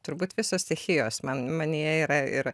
turbūt visos stichijos man manyje yra ir